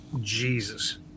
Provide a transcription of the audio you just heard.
jesus